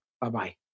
Bye-bye